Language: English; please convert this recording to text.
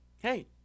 Hey